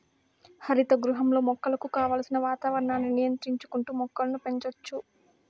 హరిత గృహంలో మొక్కలకు కావలసిన వాతావరణాన్ని నియంత్రించుకుంటా మొక్కలను పెంచచ్చు